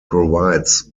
provides